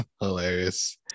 Hilarious